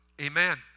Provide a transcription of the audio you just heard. Amen